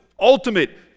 Ultimate